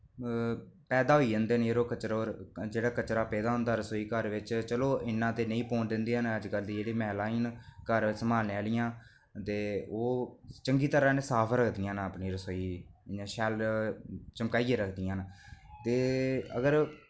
पैदा होई जंदे न कचरे र जेह्ड़ा कचरा पेदा होंदा रसोई घर बिच पर इन्ना ते चलो नेईं पौन दिंदे न जेह्ड़ी महिलाएं न घर सम्हालने आह्लियां ते ओह् चंगी तरहां कन्नै साफ रक्खदियां न अपनी रसोई इन्ना शैल चमकाइयै रखदियां न ते अगर